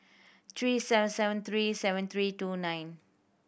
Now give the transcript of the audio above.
three seven seven three seven three two nine